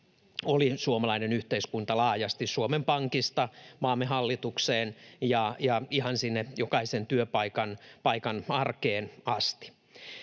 oli suomalainen yhteiskunta laajasti Suomen Pankista maamme hallitukseen ja ihan sinne jokaisen työpaikan arkeen asti.